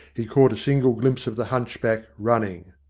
he caught a single glimpse of the hunchback, running.